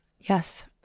Yes